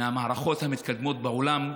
מהמערכות המתקדמות בעולם.